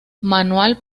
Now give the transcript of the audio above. manual